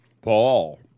Paul